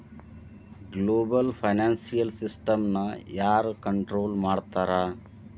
Global financial ಸಿಸ್ಟಮ್ನ ಯಾರ್ control ಮಾಡ್ತಿರ್ತಾರ?